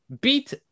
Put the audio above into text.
beat